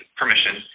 permission